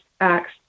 acts